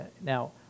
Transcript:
Now